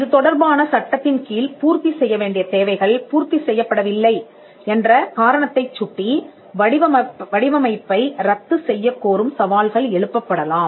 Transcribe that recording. இதுதொடர்பான சட்டத்தின் கீழ் பூர்த்தி செய்யவேண்டிய தேவைகள் பூர்த்தி செய்யப்படவில்லை என்ற காரணத்தைச் சுட்டி வடிவமைப்பை ரத்து செய்யக் கோரும் சவால்கள் எழுப்பப் படலாம்